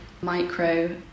micro